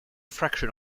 fraction